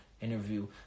interview